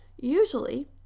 Usually